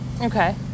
Okay